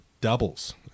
doubles